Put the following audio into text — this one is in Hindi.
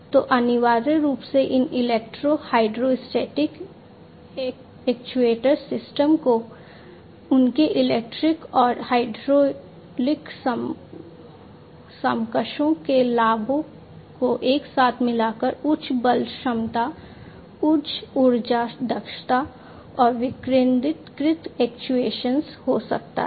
तो अनिवार्य रूप से इन इलेक्ट्रो हाइड्रोस्टैटिक एक्टेशन सिस्टम को उनके इलेक्ट्रिक और हाइड्रोलिक समकक्षों के लाभों को एक साथ मिलाकर उच्च बल क्षमता उच्च ऊर्जा दक्षता और विकेंद्रीकृत एक्ट्यूएशन हो सकता है